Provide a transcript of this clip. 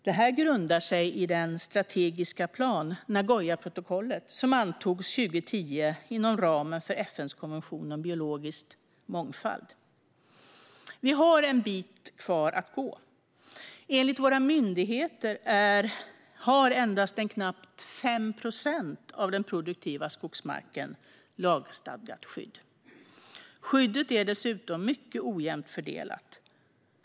Det grundar sig i den strategiska plan, Nagoyaprotokollet, som antogs 2010 inom ramen för FN:s konvention om biologisk mångfald. Det är en bit kvar att gå. Enligt våra myndigheter har endast knappt 5 procent av den produktiva skogsmarken lagstadgat skydd. Skyddet är dessutom mycket ojämnt fördelat.